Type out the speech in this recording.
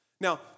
Now